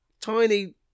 tiny